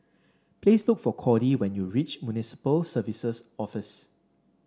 please look for Cordie when you reach Municipal Services Office